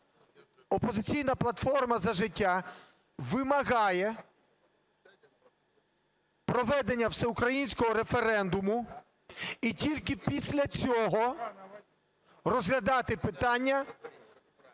"Опозиційна платформа - За життя" вимагає проведення всеукраїнського референдуму, і тільки після цього розглядати питання